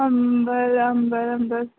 अम्बल अम्बल अम्बल